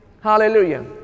Hallelujah